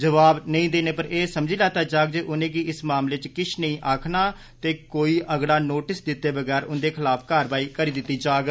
जवाब नेई देने पर एह् समझी लैता जाग जे उनेंगी अस मामले च किश नेई आक्खना ते कोई अगड़ा नोटिस दित्ते बगैर उंदे खलाफ कारवाई कीती जाग